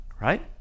right